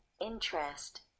interest